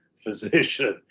physician